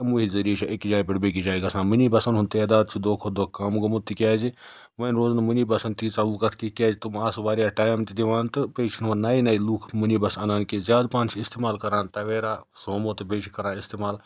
یِموٕے ذٔریعہِ چھِ أکِس جایہِ پٮ۪ٹھ بیٚکِس جایہِ گژھان مِنی بَسَن ہُنٛد تعداد چھُ دۄہ کھۄتہٕ دۄہ کَم گوٚمُت تِکیٛازِ وۄنۍ روزٕ نہٕ مِنی بَسَن تیٖژاہ وُکَت کہِ کیٛازِ تِم آسہٕ واریاہ ٹایم تہِ دِوان تہٕ تِم چھِنہٕ وۄنۍ نَیہِ نَیہِ لُکھ مٕنی بَسہٕ اَنان کہِ زیادٕ پَہَن چھِ استعمال کَران تویرا سومو تہٕ بیٚیہِ چھِ کَران استعمال